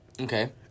Okay